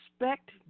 respect